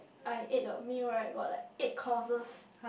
I ate a meal right got like eight courses